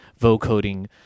vocoding